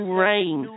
rain